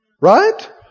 right